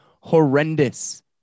horrendous